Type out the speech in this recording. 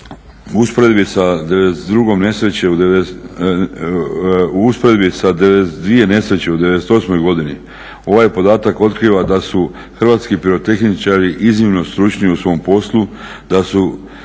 U usporedbi sa 92 nesreće u '98. godini ovaj podatak otkriva da su hrvatski pirotehničari iznimno stručni u svom poslu, da su